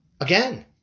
Again